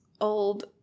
old